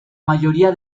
mayoría